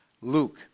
Luke